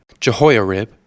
Jehoiarib